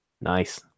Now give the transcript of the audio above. Nice